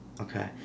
Okay